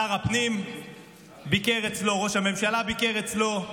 שר הפנים ביקר אצלו, ראש הממשלה ביקר אצלו,